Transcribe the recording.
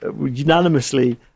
unanimously